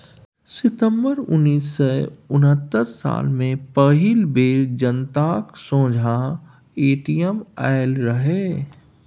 सितंबर उन्नैस सय उनहत्तर साल मे पहिल बेर जनताक सोंझाँ ए.टी.एम आएल रहय